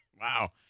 Wow